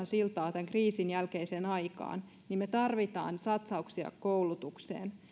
siltaa tämän kriisin jälkeiseen aikaan niin me tarvitsemme satsauksia koulutukseen